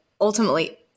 ultimately